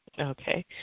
Okay